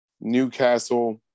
Newcastle